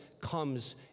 comes